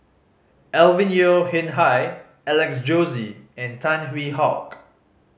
Alvin Yeo Khirn Hai Alex Josey and Tan Hwee Hock